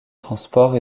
transport